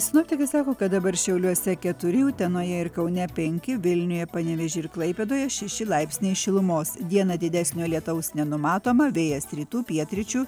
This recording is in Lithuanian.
sinoptikai sako kad dabar šiauliuose keturi utenoje ir kaune penki vilniuje panevėžy ir klaipėdoje šeši laipsniai šilumos dieną didesnio lietaus nenumatoma vėjas rytų pietryčių